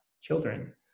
children